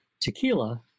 tequila